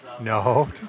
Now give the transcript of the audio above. No